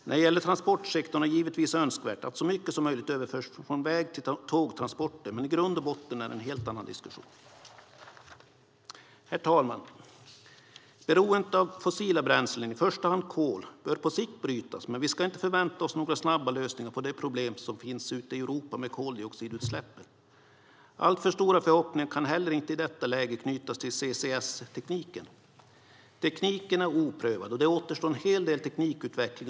När det gäller transportsektorn är det givetvis önskvärt att så mycket som möjligt överförs från väg till tågtransporter, men i grund och botten är det en helt annan diskussion. Herr talman! Beroendet av fossila bränslen, i första hand kol, bör på sikt brytas. Men vi ska inte förvänta oss några snabba lösningar på de problem som finns ute i Europa med koldioxidutsläppen. Alltför stora förhoppningar kan heller inte i detta läge knytas till CCS-tekniken. Tekniken är oprövad. Det återstår en hel del teknikutveckling.